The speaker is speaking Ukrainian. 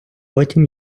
потім